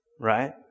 Right